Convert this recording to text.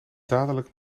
dadelijk